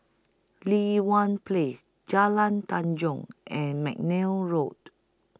Li Hwan Place Jalan Tanjong and Mcnair Road